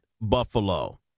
Buffalo